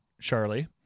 Charlie